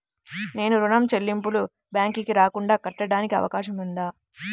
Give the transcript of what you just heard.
నేను ఋణం చెల్లింపులు బ్యాంకుకి రాకుండా కట్టడానికి అవకాశం ఉందా?